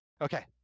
okay